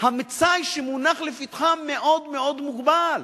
המצאי שמונח לפתחם מאוד מאוד מוגבל.